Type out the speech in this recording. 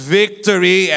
victory